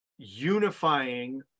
unifying